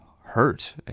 hurt